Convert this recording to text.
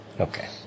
Okay